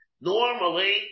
Normally